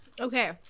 Okay